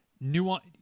nuance